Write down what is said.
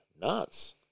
nuts